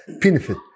benefit